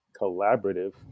collaborative